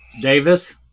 Davis